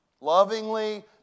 Lovingly